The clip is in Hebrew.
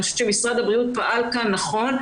אני חושבת שמשרד הבריאות פעל כאן נכון,